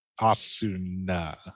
Asuna